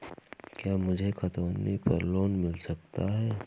क्या मुझे खतौनी पर लोन मिल सकता है?